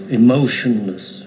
emotionless